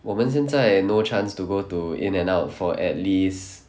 我们现在 no chance to go to In-N-Out for at least